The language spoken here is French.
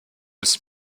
aussi